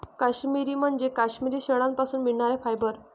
काश्मिरी म्हणजे काश्मिरी शेळ्यांपासून मिळणारे फायबर